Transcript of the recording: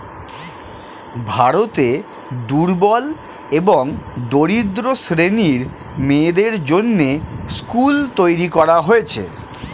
ভারতে দুর্বল এবং দরিদ্র শ্রেণীর মেয়েদের জন্যে স্কুল তৈরী করা হয়েছে